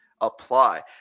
apply